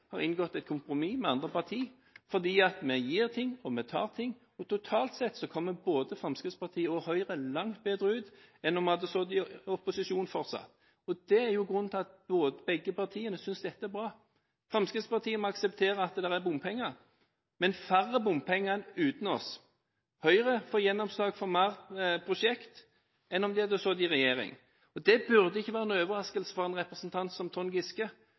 har inngått et kompromiss med andre parti, fordi vi gir og vi tar. Totalt sett kommer både Fremskrittspartiet og Høyre langt bedre ut enn om vi hadde sittet i opposisjon fortsatt. Det er grunnen til at begge partiene synes dette er bra. Fremskrittspartiet må akseptere at det er bompenger, men færre bompenger enn uten oss. Høyre får gjennomslag for flere prosjekter enn om de ikke hadde sittet i regjering. Det burde ikke være noen overraskelse for en representant som Trond Giske,